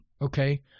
Okay